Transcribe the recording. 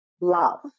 love